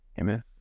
Amen